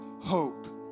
hope